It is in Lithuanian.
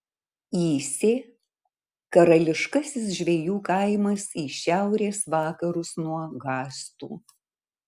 įsė karališkasis žvejų kaimas į šiaurės vakarus nuo gastų